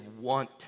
want